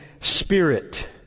Spirit